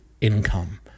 Income